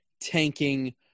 tanking